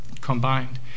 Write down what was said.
combined